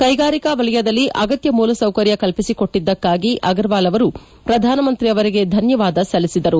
ಕ್ಲೆಗಾರಿಕಾ ವಲಯದಲ್ಲಿ ಅಗತ್ತ ಮೂಲಸೌಕರ್ಯ ಕಲ್ಪಿಸಿಕೊಟ್ಲದ್ದಕ್ಕಾಗಿ ಅಗರ್ವಾಲ್ ಅವರು ಪ್ರಧಾನಮಂತ್ರಿ ಅವರಿಗೆ ಧನ್ಯವಾದ ಸಲ್ಲಿಸಿದರು